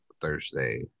Thursday